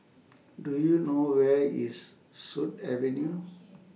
Do YOU know Where IS Sut Avenue